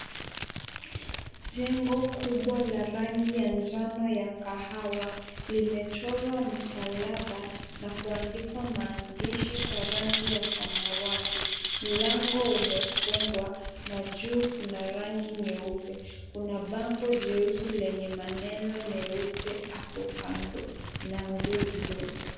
Jengo kubwa la rangi ya njano ya kahawa limechorwa msalaba na kuandikwa mahandishi kwa rangi ya samawati. Mlango umefungwa na juu kuna rangi nyeupe. Kuna bango jeusi lenye maneno meupe hapo kando na nguzo.